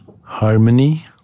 harmony